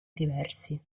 diversi